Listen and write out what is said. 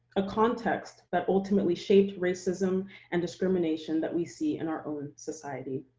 a context that ultimately shaped racism and discrimination that we see in our own society.